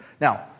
Now